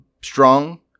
strong